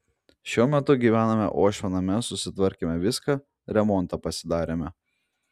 šiuo metu gyvename uošvio name susitvarkėme viską remontą pasidarėme